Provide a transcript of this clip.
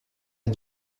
les